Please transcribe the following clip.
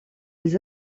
des